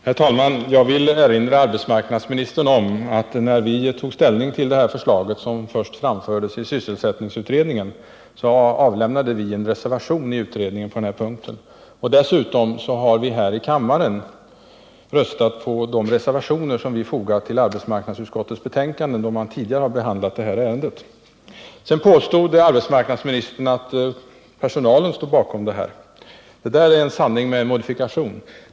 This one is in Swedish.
Herr talman! Jag vill erinra arbetsmarknadsministern om att när vi tog ställning till det här förslaget, som först framfördes i sysselsättningsutredningen, avlämnade vi en reservation i utredningen på denna punkt. Dessutom har vi här i kammaren röstat för de reservationer som vi fogat till arbetsmarknadsutskottets betänkanden, då detta ärende tidigare behandlats. Sedan påstod arbetsmarknadsministern att personalen står bakom detta. Det är en sanning med modifikation.